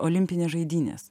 olimpinės žaidynės